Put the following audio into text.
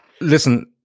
listen